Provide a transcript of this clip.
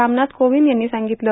रामनाथ कोविंद यांनी सांगितलं